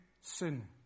sin